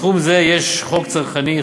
בתחום זה יש חוק צרכני,